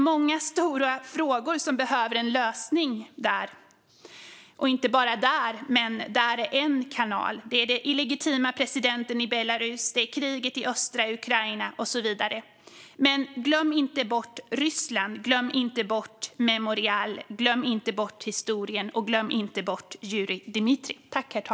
Många stora frågor där behöver en lösning - inte bara där, men det är en kanal - den illegitime presidenten i Belarus, kriget i östra Ukraina och så vidare. Glöm inte bort Ryssland, glöm inte bort Memorial, glöm inte bort historien och glöm inte bort Jurij Dmitrijev!